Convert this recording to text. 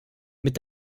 mit